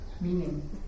meaning